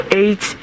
eight